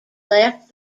left